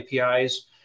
APIs